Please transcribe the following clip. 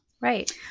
right